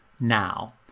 now